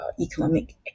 economic